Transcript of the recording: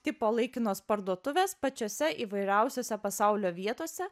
tipo laikinos parduotuvės pačiose įvairiausiose pasaulio vietose